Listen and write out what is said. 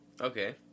okay